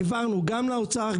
העברנו גם לאוצר,